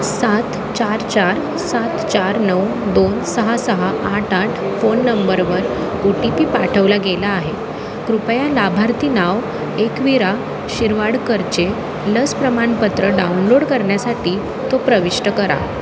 सात चार चार सात चार नऊ दोन सहा सहा आठ आठ फोन नंबरवर ओ टी पी पाठवला गेला आहे कृपया लाभार्थी नाव एकविरा शिरवाडकरचे लस प्रमाणपत्र डाउनलोड करण्यासाठी तो प्रविष्ट करा